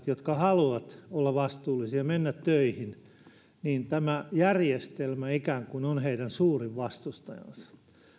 jotka haluavat olla vastuullisia mennä töihin tämä järjestelmä ei olisi ikään kuin heidän suurin vastustajansa